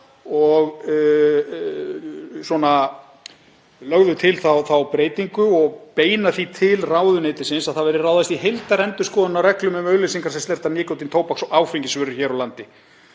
og lagði til þá breytingu og beinir því til ráðuneytisins að ráðist verði í heildarendurskoðun á reglum um auglýsingar sem snerta nikótín-, tóbaks- og áfengisvörur hér á landi